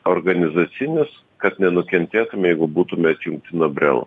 organizacinius kad nenukentėtume jeigu būtume atjungti nuo brelo